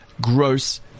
gross